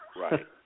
Right